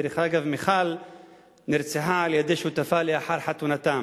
דרך אגב, מיכל נרצחה על-ידי בעלה לאחר חתונתם.